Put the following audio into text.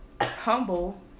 humble